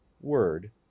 word